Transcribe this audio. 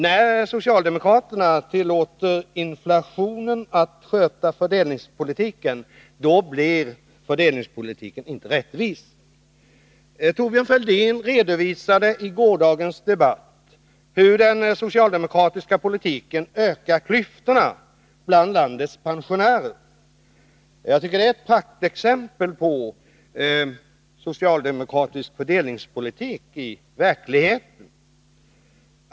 När socialdemokraterna tillåter inflationen att sköta fördelningspolitiken, då blir fördelningspolitiken inte rättvis. Thorbjörn Fälldin redovisade i gårdagens debatt hur den socialdemokratiska politiken ökar klyftorna bland landets pensionärer. Det är ett praktexempel på socialdemokratisk fördelningspolitik i verkligheten.